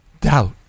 doubt